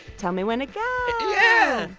tell me when to go yeah,